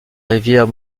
rivière